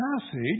passage